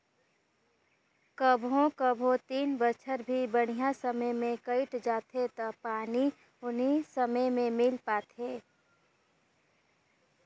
कभों कभों तीन बच्छर भी बड़िहा समय मे कइट जाथें त पानी उनी समे मे मिल पाथे